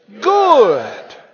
good